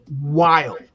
Wild